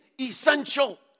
essential